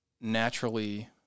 naturally